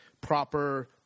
proper